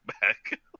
back